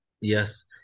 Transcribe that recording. Yes